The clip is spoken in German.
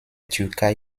türkei